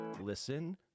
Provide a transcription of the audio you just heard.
Listen